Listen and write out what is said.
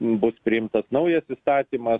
bus priimtas naujas įstatymas